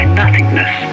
nothingness